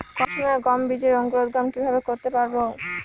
কম সময়ে গম বীজের অঙ্কুরোদগম কিভাবে করতে পারব?